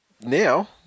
now